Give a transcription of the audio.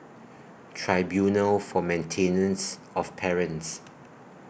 Tribunal For Maintenance of Parents